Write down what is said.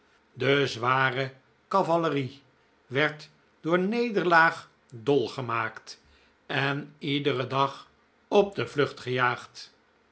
de zware cavalerie werd door nederlaag dol gemaakt en iederen dag op de vlucht gejaagd